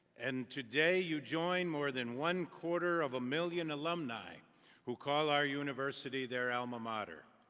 and today you join more than one quarter of a million alumni who call our university their alma mater.